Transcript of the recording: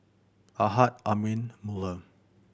Ahad Amrin Melur